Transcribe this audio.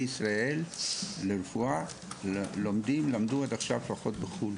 ישראל לרפואה למדו עד עכשיו רחוק בחו"ל